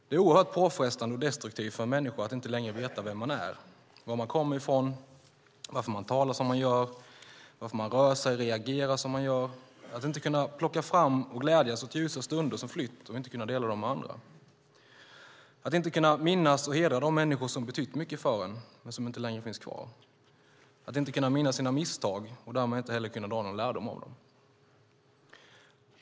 Det är oerhört påfrestande och destruktivt för en människa att inte längre veta vem man är, var man kommer ifrån, varför man talar som man gör, varför man rör sig och reagerar som man gör och att inte kunna plocka fram och glädjas åt ljusa stunder som flytt, att inte kunna dela dem med andra, att inte kunna minnas och hedra de människor som betytt mycket för en men som inte längre finns kvar, att inte kunna minnas sina misstag och därmed inte heller kunna dra någon lärdom av dem.